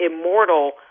immortal